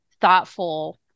thoughtful